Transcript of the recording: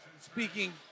Speaking